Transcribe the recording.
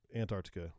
Antarctica